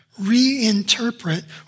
reinterpret